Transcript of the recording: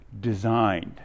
designed